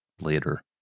later